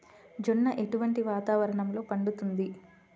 జొన్న ఎటువంటి వాతావరణంలో పండుతుంది?